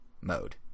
mode